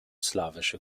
slawische